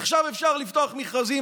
עכשיו אפשר לפתוח מכרזים.